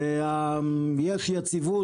יש יציבות,